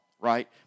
right